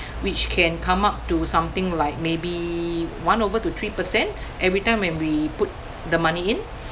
which can come up to something like maybe one over to three percent every time when we put the money in